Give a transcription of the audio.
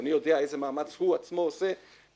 אדוני יודע איזה מאמץ הוא עצמו הוא עושה בשביל